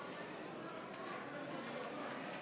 בסיכומים?